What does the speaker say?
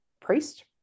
priest